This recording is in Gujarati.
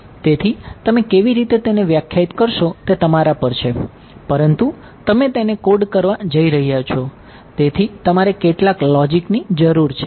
તેથી તમે કેવી રીતે તેને વ્યાખ્યાયિત ની જરૂર છે